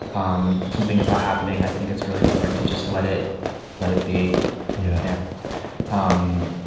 um if something is not happening, i think it's really important to just let it let it be yeah um